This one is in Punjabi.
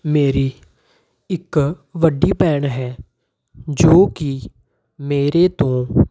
ਮੇਰੀ ਇੱਕ ਵੱਡੀ ਭੈਣ ਹੈ ਜੋ ਕਿ ਮੇਰੇ ਤੋਂ